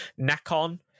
nakon